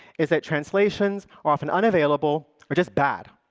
is that translations are often unavailable or just bad.